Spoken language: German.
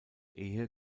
ehe